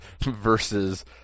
versus